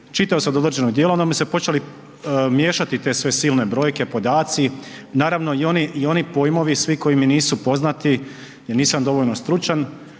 čitao sam do određenog djela onda su mi se počele miješati te sve silne brojke, podaci, naravno i oni pojmovi svi koji mi nisu poznati jer nisam dovoljno stručan